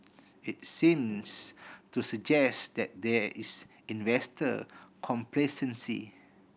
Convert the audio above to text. it seems to suggest that there is investor complacency